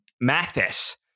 Mathis